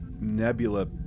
nebula